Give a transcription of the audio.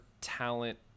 talent